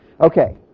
Okay